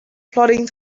plodding